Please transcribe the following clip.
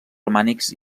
romànics